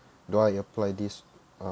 do I apply this um